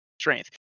strength